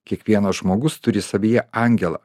kiekvienas žmogus turi savyje angelą